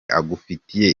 agufitiye